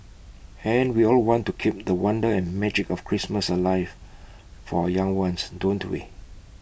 and we all want to keep the wonder and magic of Christmas alive for our young ones don't we